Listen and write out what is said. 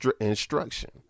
instruction